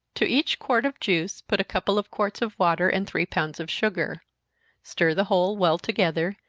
to each quart of juice put a couple of quarts of water, and three pounds of sugar stir the whole well together,